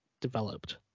developed